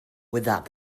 without